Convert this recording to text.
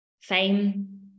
fame